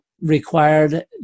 required